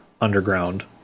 underground